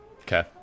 Okay